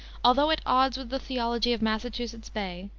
although at odds with the theology of massachusetts bay,